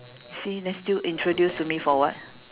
you see then still introduce to me for what